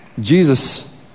Jesus